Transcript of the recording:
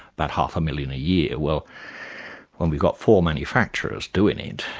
about half a million a year. well when we've got four manufacturers doing it,